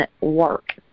work